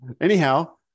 Anyhow